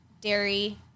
dairy